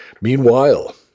Meanwhile